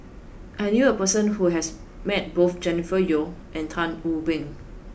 I knew a person who has met both Jennifer Yeo and Tan Wu Meng